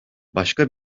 başka